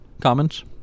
Comments